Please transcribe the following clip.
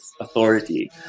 authority